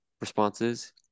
responses